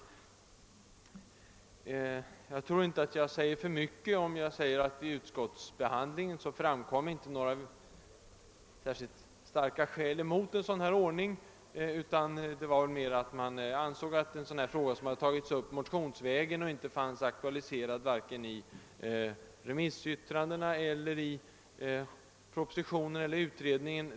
Jag tror inte att jag säger för mycket om jag hävdar, att det vid utskottsbehandlingen inte framkom några särskilt starka skäl mot en sådan ordning. Utskottets ställningstagande är nog snarast uttryck för att man inte ville direkt gå in för en lösning som enbart har tagits upp motionsvägen, men som varken aktualiserats i remissyttrandena, i propositionen eller i utredningen.